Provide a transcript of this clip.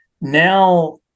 now